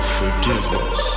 forgiveness